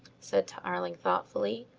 said tarling thoughtfully.